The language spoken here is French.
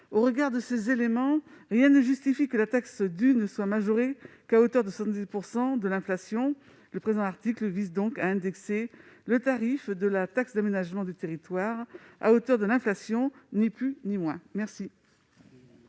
Au regard de ces éléments, rien ne justifie que la taxe due ne soit majorée qu'à hauteur de 70 % de l'inflation. Le présent amendement de Vincent Delahaye vise à indexer le tarif de la taxe d'aménagement du territoire sur l'inflation, ni plus ni moins. Quel